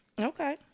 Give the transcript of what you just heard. Okay